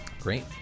Great